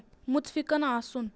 مُتفِقن آسُن